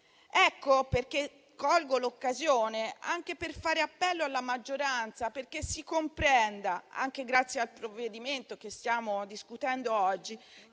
Colgo l'occasione anche per fare appello alla maggioranza perché si comprenda, anche grazie al provvedimento che stiamo discutendo oggi,